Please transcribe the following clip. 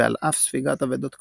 ועל אף ספיגת אבדות כבדות,